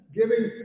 giving